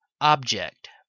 Object